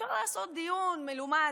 אפשר לעשות דיון מלומד,